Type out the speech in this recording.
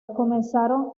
comenzaron